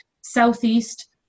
southeast